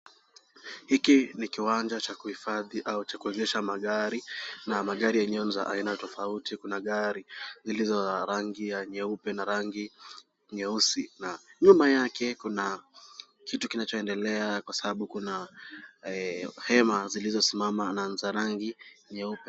Hiki ni kiwanja cha kuhifadhi au cha kuegesha magari na magari yenyewe ni za aina tofauti. Kuna magari zilizo za rangi ya nyeupe na rangi nyeusi na nyuma yake kuna kitu kinachoendelea kwa sababu kuna hema zilizosimama na ni za rangi nyeupe.